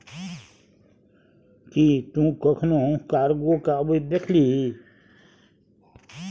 कि तु कखनहुँ कार्गो केँ अबैत देखलिही?